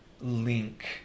link